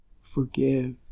Forgive